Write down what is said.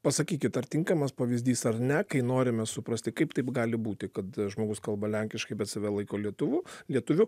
pasakykit ar tinkamas pavyzdys ar ne kai norime suprasti kaip taip gali būti kad žmogus kalba lenkiškai bet save laiko lietuvu lietuviu